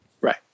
right